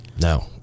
No